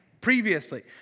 previously